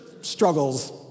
struggles